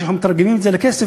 כשאנחנו מתרגמים את זה לכסף,